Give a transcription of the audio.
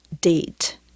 date